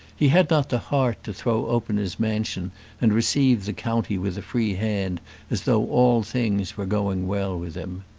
he had not the heart to throw open his mansion and receive the county with a free hand as though all things were going well with him.